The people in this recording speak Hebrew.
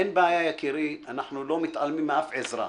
אין בעיה, יקירי, אנחנו לא מתעלמים מאף עזרה.